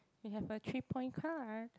we have a three point card